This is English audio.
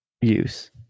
use